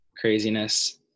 craziness